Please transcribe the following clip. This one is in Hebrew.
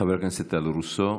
חבר הכנסת טל רוסו,